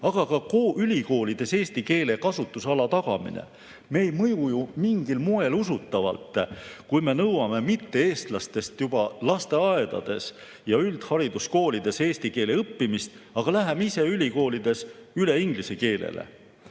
aga ka ülikoolides eesti keele kasutusala tagamine. Me ei mõju ju mingil moel usutavalt, kui me nõuame mitte-eestlastelt juba lasteaedades ja üldhariduskoolides eesti keele õppimist, aga läheme ise ülikoolides üle inglise keelele.